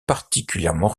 particulièrement